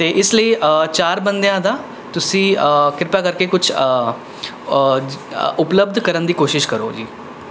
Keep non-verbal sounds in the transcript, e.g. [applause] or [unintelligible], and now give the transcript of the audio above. ਅਤੇ ਇਸ ਲਈ ਚਾਰ ਬੰਦਿਆਂ ਦਾ ਤੁਸੀਂ ਕਿਰਪਾ ਕਰਕੇ ਕੁਛ [unintelligible] ਉਪਲੱਬਧ ਕਰਨ ਦੀ ਕੋਸ਼ਿਸ਼ ਕਰੋ ਜੀ